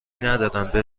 ندارن